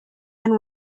and